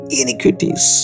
iniquities